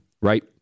right